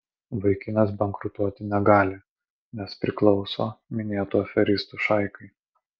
vaikinas bankrutuoti negali nes priklauso minėtų aferistų šaikai